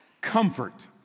Comfort